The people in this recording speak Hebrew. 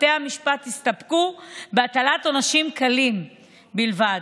בתי המשפט הסתפקו בהטלת עונשים קלים בלבד,